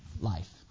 life